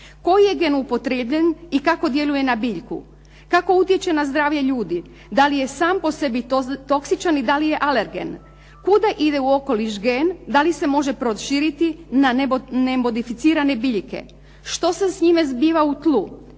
Koji je gen upotrijebljen i kako djeluje na biljku, kako utječe na zdravlje na ljudi? Da li je sam po sebi toksičan i da li je alergen? Kuda ide u okoliš gen, da li se može proširiti na nemodificirane biljke? Što se s njime zbiva u tlu?